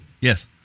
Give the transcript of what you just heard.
Yes